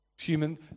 human